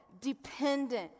dependent